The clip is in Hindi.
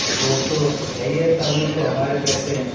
अब वो तो है ये तभी तो हमारे पैसे हैं